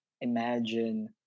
imagine